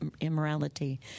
immorality